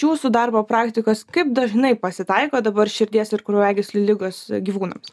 jūsų darbo praktikos kaip dažnai pasitaiko dabar širdies ir kraujagyslių ligos gyvūnams